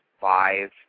five